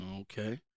Okay